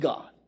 God